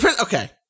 Okay